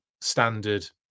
standard